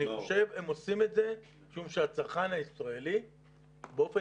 אני חושב שהם עושים את זה משום שהצרכן הישראלי באופן